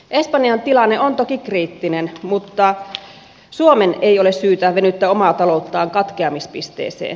espanjan tilanne on toki kriittinen mutta suomen ei ole syytä venyttää omaa talouttaan katkeamispisteeseen